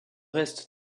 est